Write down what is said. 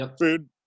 food